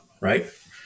Right